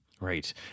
Right